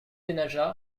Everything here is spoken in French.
denaja